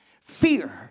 Fear